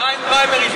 לך אין פריימריז,